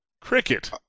Cricket